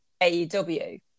AEW